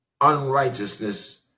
Unrighteousness